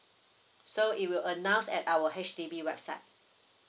so it will announce at our H_D_B website